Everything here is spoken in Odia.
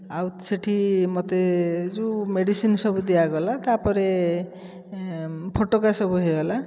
ଆଉ ସେଇଠି ମୋତେ ଯେଉଁ ମେଡ଼ିସିନ ସବୁ ଦିଆଗଲା ତା'ପରେ ଫୋଟକା ସବୁ ହୋଇଗଲା